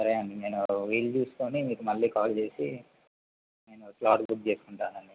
సరే అండి నేను వీలు చూసుకొని మీకు మళ్ళీ కాల్ చేసి స్లాట్ బుక్ చేసుకుంటానండి